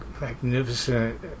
magnificent